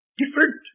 different